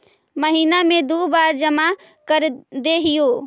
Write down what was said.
महिना मे दु बार जमा करदेहिय?